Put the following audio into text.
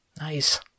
Nice